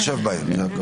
תתחשב בהם.